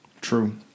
True